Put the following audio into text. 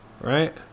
right